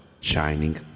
shining